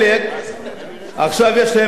וחלק, עכשיו יש להם טיעונים.